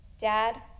Dad